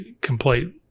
complete